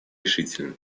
решительно